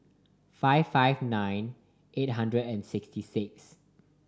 five five nine eight six six